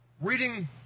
reading